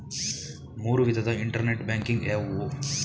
ಮೂರು ವಿಧದ internet banking ಯಾವುವು?